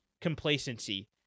complacency